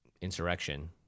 insurrection